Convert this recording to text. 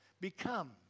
become